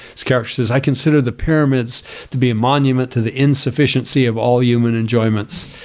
his character says, i consider the pyramids to be a monument to the insufficiency of all human enjoyments.